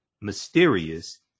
mysterious